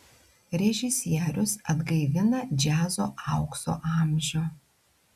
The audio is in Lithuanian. režisierius atgaivina džiazo aukso amžių